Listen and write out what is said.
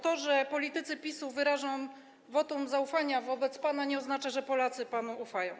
To, że politycy PiS-u wyrażą wotum zaufania wobec pana, nie oznacza, że Polacy panu ufają.